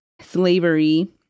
slavery